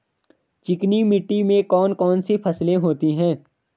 चिकनी मिट्टी में कौन कौन सी फसलें होती हैं?